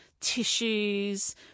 tissues